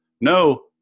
no